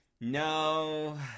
No